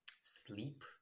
sleep